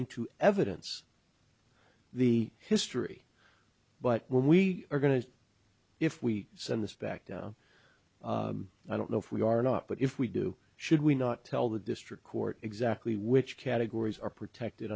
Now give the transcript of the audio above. into evidence the history but we are going to if we send this back down i don't know if we are not but if we do should we not tell the district court exactly which categories are protected